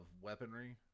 weaponry